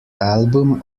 album